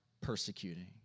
persecuting